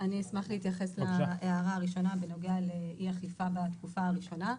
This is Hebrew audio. אני אשמח להתייחס להערה הראשונה בנוגע לאי אכיפה בתקופה הראשונה.